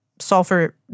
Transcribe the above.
Sulfur